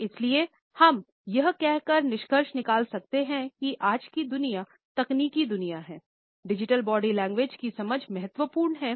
इसलिए हम यह कह कर निष्कर्ष निकाल सकते हैं कि आज की तकनीकी दुनिया में डिजिटल बॉडी लैंग्वेजकी समझ महत्वपूर्ण है